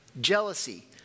jealousy